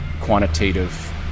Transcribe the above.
quantitative